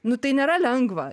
nu tai nėra lengva